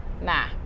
nah